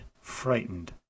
frightened